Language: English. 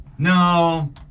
no